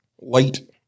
light